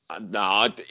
no